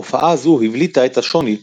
הופעה זו הבליטה את השוני,